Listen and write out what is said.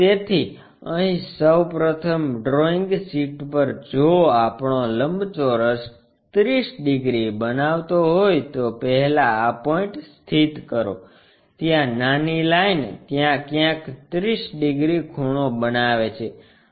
તેથી અહીં સૌ પ્રથમ ડ્રોઇંગ શીટ પર જો આપણો લંબચોરસ 30 ડિગ્રી બનાવતો હોય તો પહેલા આ પોઇન્ટ સ્થિત કરો ત્યાં નાની લાઈન ત્યાં કયાંક 30 ડીગ્રી ખૂણો બનાવે છે